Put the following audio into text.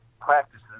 practices